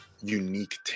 unique